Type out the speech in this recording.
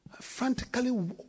frantically